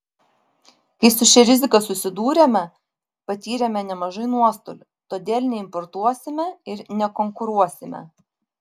kai su šia rizika susidūrėme patyrėme nemažai nuostolių todėl neimportuosime ir nekonkuruosime